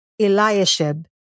Eliashib